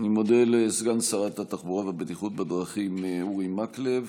אני מודה לסגן שרת התחבורה והבטיחות בדרכים אורי מקלב.